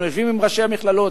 אנחנו יושבים עם ראשי המכללות.